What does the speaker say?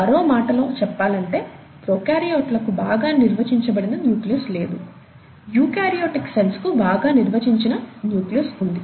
మరో మాటలో చెప్పాలంటే ప్రొకార్యోట్లకు బాగా నిర్వచించబడిన న్యూక్లియస్ లేదు యూకారియోటిక్ సెల్స్ కు బాగా నిర్వచించిన న్యూక్లియస్ ఉంది